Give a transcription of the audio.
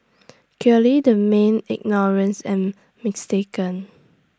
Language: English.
clearly the man ignorance and mistaken